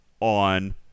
on